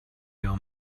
your